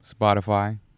Spotify